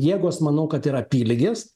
jėgos manau kad yra apylygės